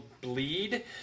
bleed